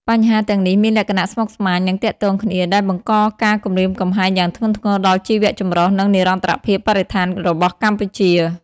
បញ្ហាទាំងនេះមានលក្ខណៈស្មុគស្មាញ និងទាក់ទងគ្នា ដែលបង្កការគំរាមកំហែងយ៉ាងធ្ងន់ធ្ងរដល់ជីវៈចម្រុះ និងនិរន្តរភាពបរិស្ថានរបស់កម្ពុជា។